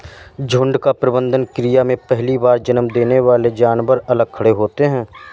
झुंड का प्रबंधन क्रिया में पहली बार जन्म देने वाले जानवर अलग खड़े होते हैं